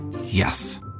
Yes